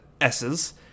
S's